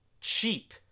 cheap